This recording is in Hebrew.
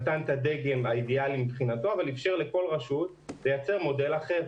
המשרד נתן את הדגם האידיאלי מבחינתו אבל אפשר לכל רשות לייצר מודל אחר.